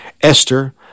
Esther